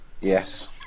Yes